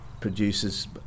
produces